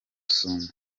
rusumo